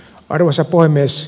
arvoisa puhemies